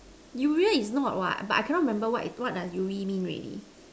urea is not what but I cannot remember what is what does uree mean already